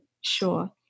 Sure